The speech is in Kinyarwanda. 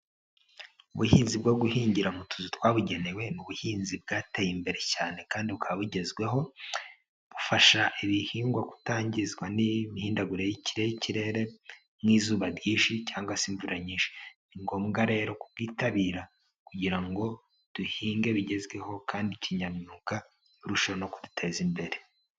Ubuhinzi bwo guhingira mu tuzu twabugenewe, ni ubuhinzi bwateye imbere cyane kandi bukaba bugezweho, bufasha ibihingwa kutangizwa n'imihindagurikire y'ikirere nk'izuba ryinsheicyangwa se imvura nyinshi. Ni ngombwa rero kubwitabira kugira ngo duhinge bigezweho kandi kinyamwuga birusheho no kuduteza imbere.